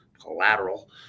collateral